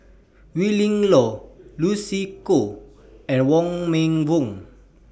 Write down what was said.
Willin Low Lucy Koh and Wong Meng Voon